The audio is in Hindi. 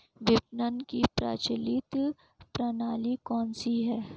विपणन की प्रचलित प्रणाली कौनसी है?